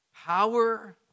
Power